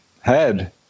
head